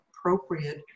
appropriate